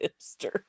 hipster